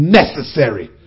necessary